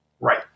Right